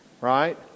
Right